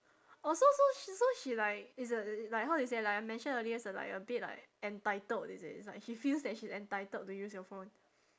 oh so so so she like is a like how do you say like I mentioned earlier is like a bit like entitled is it is like she feels that she's entitled to use your phone